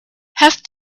have